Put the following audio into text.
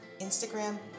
Instagram